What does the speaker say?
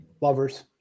Lovers